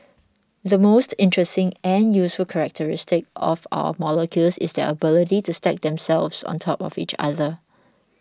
the most interesting and useful characteristic of our molecules is their ability to stack themselves on top of each other